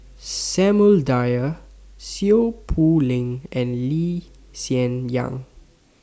Samuel Dyer Seow Poh Leng and Lee Hsien Yang